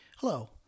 Hello